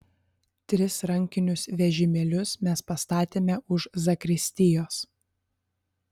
tris rankinius vežimėlius mes pastatėme už zakristijos